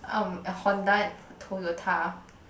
um a Honda and Toyota